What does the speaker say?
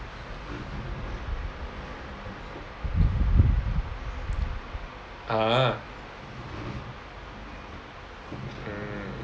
a'ah hmm